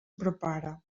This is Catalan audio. prepara